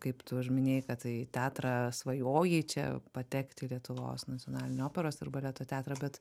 kaip tu ir minėjai kad tu į teatrą svajojai čia patekti į lietuvos nacionalinio operos ir baleto teatrą bet